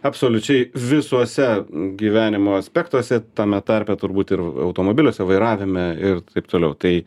absoliučiai visuose gyvenimo aspektuose tame tarpe turbūt ir automobiliuose vairavime ir taip toliau tai